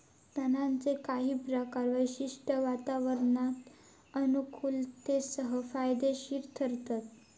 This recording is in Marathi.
तणांचे काही प्रकार विशिष्ट वातावरणात अनुकुलतेसह फायदेशिर ठरतत